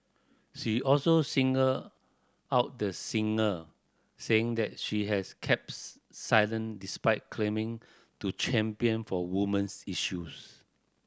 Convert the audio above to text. she also singled out the singer saying that she has keeps silent despite claiming to champion for women's issues